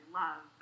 love